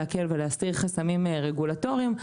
להקל ולהסיר חסמים רגולטוריים,